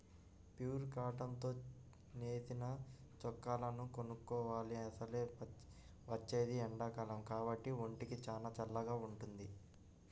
pure cotton తో నేసిన చొక్కాలను కొనుక్కోవాలి, అసలే వచ్చేది ఎండాకాలం కాబట్టి ఒంటికి చానా చల్లగా వుంటది